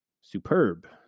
superb